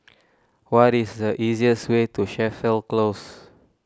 what is the easiest way to Chapel Close